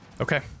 Okay